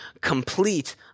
complete